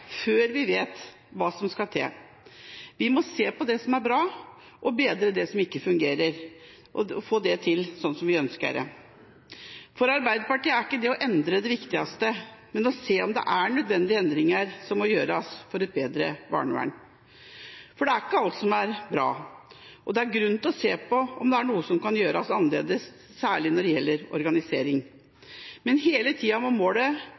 før vi vet hva som skal til. Vi må se på det som er bra, og bedre det som ikke fungerer – få det til, sånn som vi ønsker det. For Arbeiderpartiet er ikke det å endre det viktigste, men å se på om det er nødvendige endringer som må gjøres for å få et bedre barnevern. Det er ikke alt som er bra, og det er grunn til å se på om det er noe som kan gjøres annerledes, særlig når det gjelder organisering. Men hele tida må målet